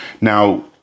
Now